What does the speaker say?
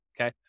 Okay